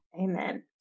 Amen